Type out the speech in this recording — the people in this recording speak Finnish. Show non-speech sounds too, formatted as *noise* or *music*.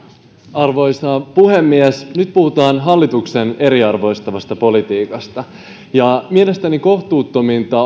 arvoisa puhemies nyt puhutaan hallituksen eriarvoistavasta politiikasta mielestäni kohtuuttominta *unintelligible*